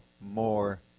more